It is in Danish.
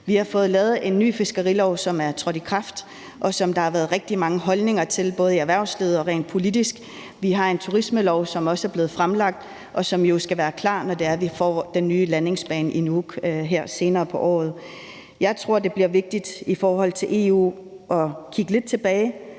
Vi har fået lavet en ny fiskerilov, som er trådt i kraft, og som der har været rigtig mange holdninger til, både i erhvervslivet og rent politisk. Vi har en turismelov, som også er blevet fremlagt, og som skal være klar, når vi får den nye landingsbane i Nuuk her senere på året. Jeg tror, det bliver vigtigt i forhold til EU at kigge lidt tilbage.